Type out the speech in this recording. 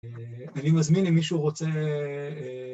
‫אני מזמין אם מישהו רוצה...